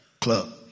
club